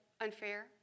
unfair